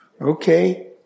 Okay